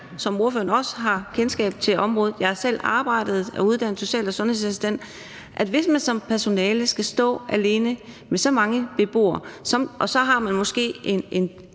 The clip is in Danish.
som ordføreren også har det, har kendskab til området – jeg har selv arbejdet der og er uddannet social- og sundhedsassistent – at hvis man som personale skal stå alene med så mange beboere, så er der måske en